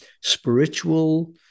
spiritual